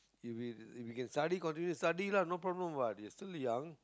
if you if you can study then continue study lah no problem what you are still young